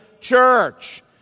church